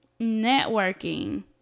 networking